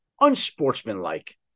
unsportsmanlike